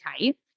type